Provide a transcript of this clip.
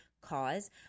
cause